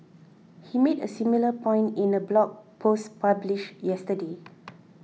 he made a similar point in a blog post published yesterday